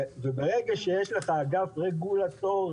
ברגע שיש לך אגף רגולטורי